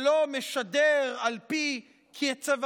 שלא משדר על פי הקצב,